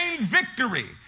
victory